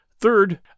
Third